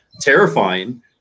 terrifying